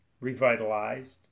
revitalized